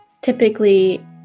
typically